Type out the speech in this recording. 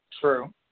True